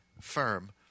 firm